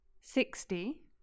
Sixty